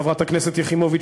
חברת הכנסת יחימוביץ,